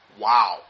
Wow